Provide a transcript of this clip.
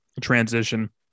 transition